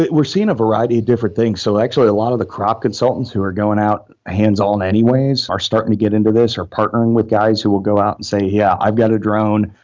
we're seeing a variety of different things. so actually a lot of the crop consultants who are going out hands-on anyways are starting to get into this, are partnering with guys who will go out and say, yeah, i've got a drone.